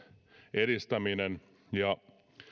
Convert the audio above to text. edistäminen ja